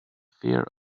fear